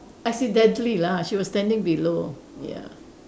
accidentally lah she was standing below ya